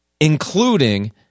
including